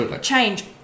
change